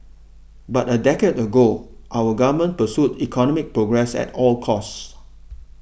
but a decade ago our Government pursued economic progress at all costs